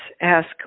ask